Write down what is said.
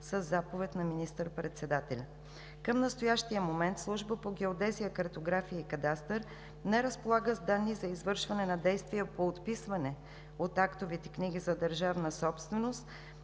със заповед на министър-председателя. Към настоящия момент Служба по геодезия, картография и кадастър не разполага с данни за извършване на действия по отписване от актовите книги за държавна собственост